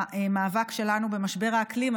מהמאבק שלנו במשבר האקלים.